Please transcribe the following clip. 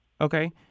Okay